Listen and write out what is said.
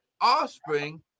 offspring